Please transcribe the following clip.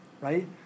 right